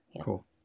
Cool